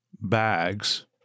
bags